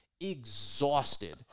exhausted